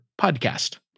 podcast